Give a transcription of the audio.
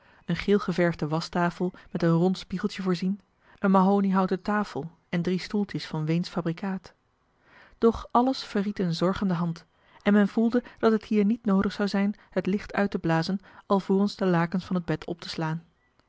een geel geverfde waschtafel met een rond spiegeltje voorzien een mahoniehouten tafel en drie stoeltjes van weensch fabrikaat doch alles verried een zorgende hand en men voelde dat het hier niet noodig zou zijn het licht uitte blazen alvorens de lakens van het bed op te slaan